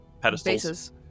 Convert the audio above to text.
pedestals